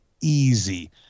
easy